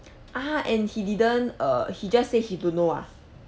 ah and he didn't err he just say he don't know ah